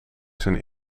zijn